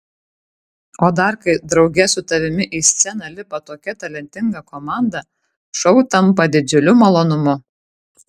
o dar kai drauge su tavimi į sceną lipa tokia talentinga komanda šou tampa didžiuliu malonumu